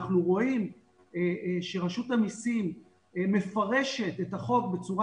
אנחנו רואים שרשות המסים מפרשת את החוק בצורה